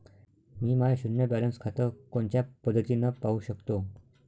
मी माय शुन्य बॅलन्स खातं कोनच्या पद्धतीनं पाहू शकतो?